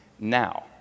now